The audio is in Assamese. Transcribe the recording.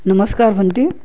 নমস্কাৰ ভণ্টি